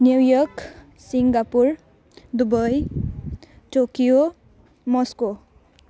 New York Singapore Dubai Tokyo Moscow